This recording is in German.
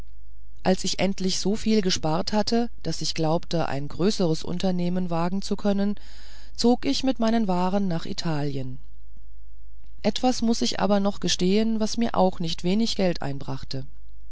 als ich endlich so viel erspart hatte daß ich glaubte ein größeres unternehmen wagen zu können zog ich mit meinen waren nach italien etwas muß ich aber noch gestehen was mir auch nicht wenig geld einbrachte